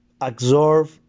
absorb